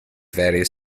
various